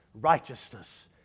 righteousness